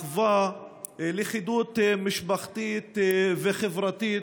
אחווה, לכידות משפחתית וחברתית.